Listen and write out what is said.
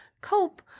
cope